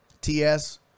TS